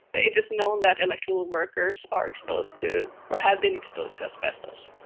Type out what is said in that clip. it is known that electrical workers are exposed to or have been exposed to asbestos.